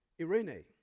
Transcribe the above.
irene